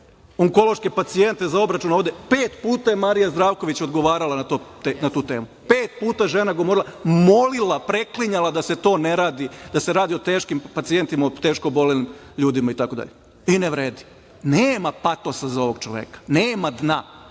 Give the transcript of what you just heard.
onkološke pacijente za obračun ovde, pet puta je Marija Zdravković odgovarala na tu temu, pet puta žena je govorila, molila, preklinjala da se to ne radi, da se radi o teškim pacijentima i teško obolelim ljudima. Ne vredi, nema patosa za ovog čoveka, nema dna,